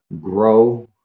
grow